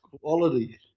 quality